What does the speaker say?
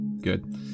Good